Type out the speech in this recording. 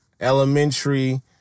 elementary